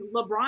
LeBron